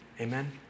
Amen